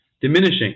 diminishing